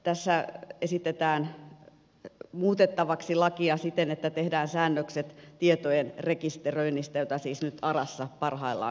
tässä esitetään muutettavaksi lakia siten että tehdään säännökset tietojen rekisteröinnistä mitä siis nyt arassa parhaillaan tapahtuu